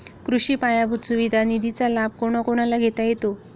कृषी पायाभूत सुविधा निधीचा लाभ कोणाकोणाला घेता येतो?